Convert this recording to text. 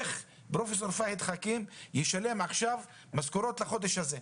איך פרופ' פהד חכים ישלם עכשיו משכורות לחודש הזה?